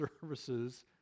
services